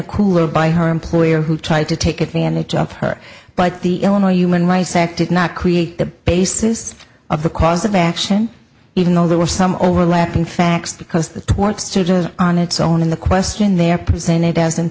a cooler by her employer who tried to take advantage of her but the illinois human rights act is not create the basis of the cause of action even though there were some overlapping facts because the torque stooges on its own in the question there presented as